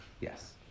Yes